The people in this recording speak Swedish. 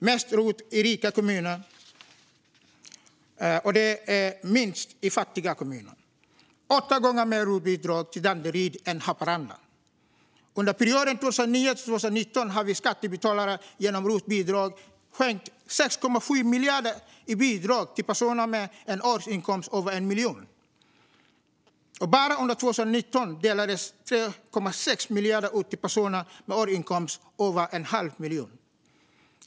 Mest rotbidrag har getts till rika kommuner och minst till fattiga. Åtta gånger mer rotbidrag har gått till Danderyd än till Haparanda. Under perioden 2009-2019 har vi skattebetalare, genom rotbidrag, skänkt 6,7 miljarder i bidrag till personer med en årsinkomst över 1 miljon. Bara under 2019 delades 3,6 miljarder ut till personer med en årsinkomst över 500 000.